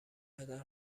انقدر